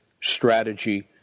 strategy